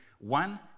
One